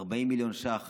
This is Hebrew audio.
40 מיליון ש"ח